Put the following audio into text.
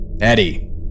Eddie